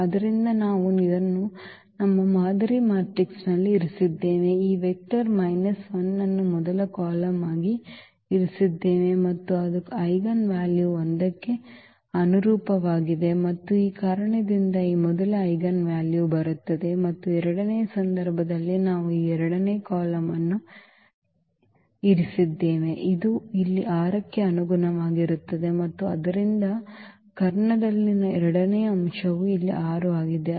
ಆದ್ದರಿಂದ ನಾವು ಇದನ್ನು ನಮ್ಮ ಮಾದರಿ ಮ್ಯಾಟ್ರಿಕ್ಸ್ನಲ್ಲಿ ಇರಿಸಿದ್ದೇವೆ ಈ ವೆಕ್ಟರ್ ಮೈನಸ್ 1 ಅನ್ನು ಮೊದಲ ಕಾಲಮ್ ಆಗಿ ಇರಿಸಿದ್ದೇವೆ ಮತ್ತು ಅದು ಐಜೆನ್ ವ್ಯಾಲ್ಯೂ 1 ಕ್ಕೆ ಅನುರೂಪವಾಗಿದೆ ಮತ್ತು ಈ ಕಾರಣದಿಂದಾಗಿ ಈ ಮೊದಲ ಐಜೆನ್ ವ್ಯಾಲ್ಯೂ ಬರುತ್ತದೆ ಮತ್ತು ಎರಡನೇ ಸಂದರ್ಭದಲ್ಲಿ ನಾವು ಈ ಎರಡನೇ ಕಾಲಮ್ ಅನ್ನು ಇರಿಸಿದ್ದೇವೆ ಇದು ಇಲ್ಲಿ 6 ಕ್ಕೆ ಅನುಗುಣವಾಗಿರುತ್ತದೆ ಮತ್ತು ಆದ್ದರಿಂದ ಕರ್ಣದಲ್ಲಿನ ಎರಡನೇ ಅಂಶವು ಇಲ್ಲಿ 6 ಆಗಿದೆ